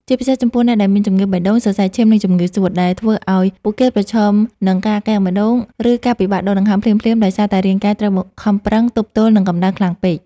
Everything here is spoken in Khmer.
ជាពិសេសចំពោះអ្នកដែលមានជំងឺបេះដូង សរសៃឈាម និងជំងឺសួត ដែលធ្វើឱ្យពួកគេប្រឈមនឹងការគាំងបេះដូង ឬការពិបាកដកដង្ហើមភ្លាមៗដោយសារតែរាងកាយត្រូវខំប្រឹងទប់ទល់នឹងកម្ដៅខ្លាំងពេក។